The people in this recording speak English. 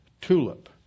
TULIP